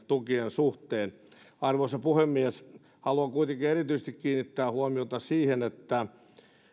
suhteen arvoisa puhemies haluan kuitenkin erityisesti kiinnittää huomiota siihen että